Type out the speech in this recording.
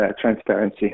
transparency